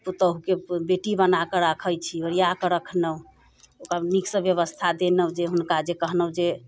पुतहुके बेटी बनाकऽ राखै छी ओरिआके रखलहुँ ओकरा नीकसँ बेबस्था देलहुँ जे हुनका जे कहलहुँ जे